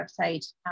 website